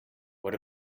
what